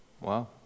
wow